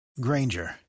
Granger